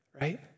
right